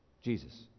Jesus